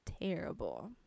terrible